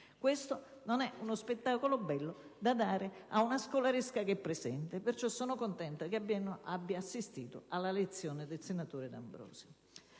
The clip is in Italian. Questo non è uno spettacolo bello da dare a una scolaresca che è presente, perciò sono contenta che abbia assistito alla lezione del senatore D'Ambrosio.